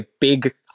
big